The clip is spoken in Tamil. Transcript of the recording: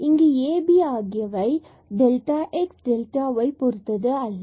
இங்கு a b ஆகியவை டெல்டா delta x மற்றும் டெல்டா delta y பொருத்தது அல்ல